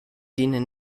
dienen